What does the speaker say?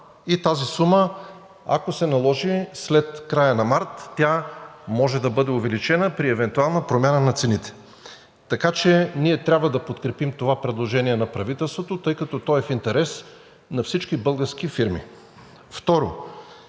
тази сума, ако се наложи, след края на март тя може да бъде увеличена при евентуална промяна на цените. Така че ние трябва да подкрепим това предложение на правителството, тъй като то е в интерес на всички български фирми.